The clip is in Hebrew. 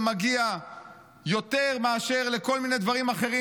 מגיע יותר מאשר לכל מיני דברים אחרים,